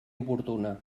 oportuna